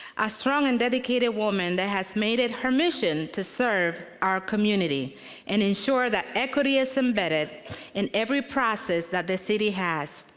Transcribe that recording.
a strong and dedicated woman that has made it her mission to serve our community and ensure that equity is embedded in every process that the city has.